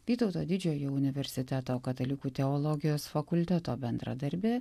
vytauto didžiojo universiteto katalikų teologijos fakulteto bendradarbė